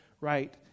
right